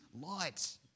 light